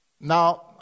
Now